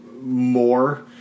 more